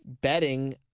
betting –